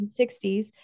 1960s